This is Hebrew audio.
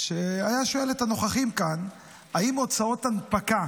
שהיה שואל את הנוכחים כאן אם הוצאות הנפקה